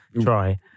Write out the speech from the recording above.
try